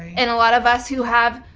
and a lot of us who have,